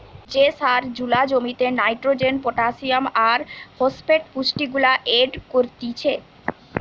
যে সার জুলা জমিতে নাইট্রোজেন, পটাসিয়াম আর ফসফেট পুষ্টিগুলা এড করতিছে